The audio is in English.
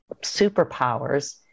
superpowers